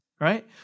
Right